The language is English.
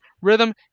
rhythm